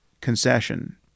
concession